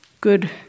good